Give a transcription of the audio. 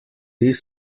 this